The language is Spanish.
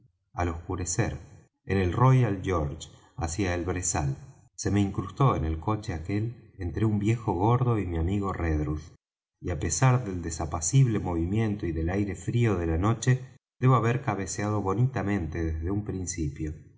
al oscurecer en el royal george hacia el brezal se me incrustó en el coche aquel entre un viejo gordo y mi amigo redruth y á pesar del desapacible movimiento y del aire frío de la noche debo haber cabeceado bonitamente desde un principio